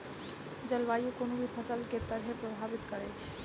जलवायु कोनो भी फसल केँ के तरहे प्रभावित करै छै?